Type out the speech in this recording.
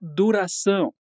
duração